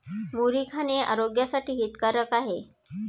मुरी खाणे आरोग्यासाठी हितकारक आहे